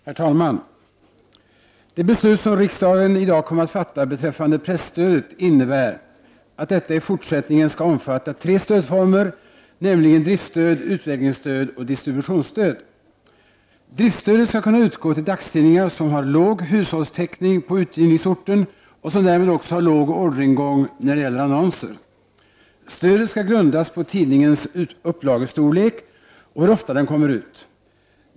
Herr talman! Det beslut som riksdagen i dag kommer att fatta beträffande presstödet innebär att detta i fortsättningen skall omfatta tre stödformer, nämligen driftsstöd, utvecklingsstöd och distributionsstöd. Driftsstödet skall kunna utgå till dagstidningar som har låg hushållstäckning på utgivningsorten och som därmed också har låg orderingång när det gäller annonser. Stödet skall grundas på tidningens upplagestorlek och på hur ofta tidningen kommer ut.